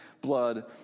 blood